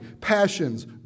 passions